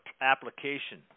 application